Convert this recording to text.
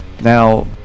now